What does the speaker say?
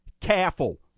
careful